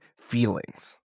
feelings